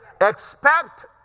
Expect